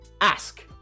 ask